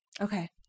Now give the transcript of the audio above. Okay